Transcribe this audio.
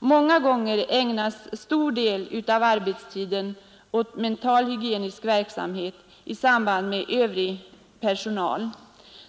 Många gånger ägnas stor del av arbetstiden åt mentalhygienisk verksamhet i samarbete med övrig personal.